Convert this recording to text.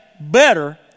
better